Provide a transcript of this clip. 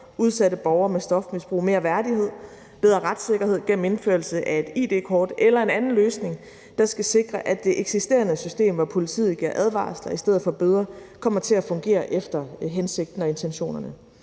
udsatte borgere med stofmisbrug mere værdighed og bedre retssikkerhed gennem indførelse af et id-kort eller en anden løsning, der skal sikre, at det eksisterende system, hvor politiet giver advarsler i stedet for bøder, kommer til at fungere efter hensigten og intentionerne.